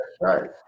Right